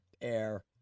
air